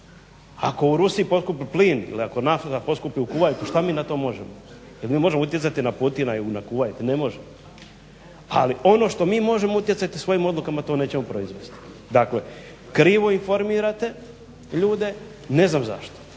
Ako u Rusiji poskupi plin ili ako nafta poskupi u Kuvajtu šta mi na to možemo. Jel mi možemo utjecati na Putina i na Kuvajt, ne možemo. Ali ono što mi možemo utjecati svojim odlukama, to nećemo proizvesti. Dakle krivo informirate ljude ne znam zašto.